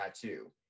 tattoo